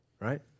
right